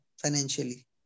Financially